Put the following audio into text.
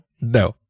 No